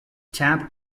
tapped